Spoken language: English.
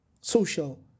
social